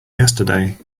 yesterday